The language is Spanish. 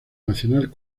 nacional